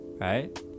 right